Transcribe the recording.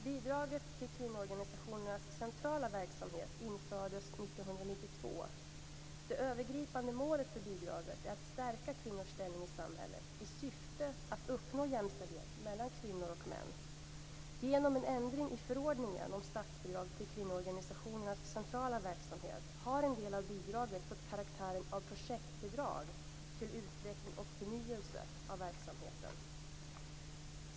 Bidraget till kvinnoorganisationernas centrala verksamhet infördes år 1982. Det övergripande målet för bidraget är att stärka kvinnors ställning i samhället i syfte att uppnå jämställdhet mellan kvinnor och män. Genom en ändring i förordningen om statsbidrag till kvinnoorganisationernas centrala verksamhet har en del av bidraget fått karaktären av projektbidrag till utveckling och förnyelse av verksamheten.